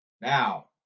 Now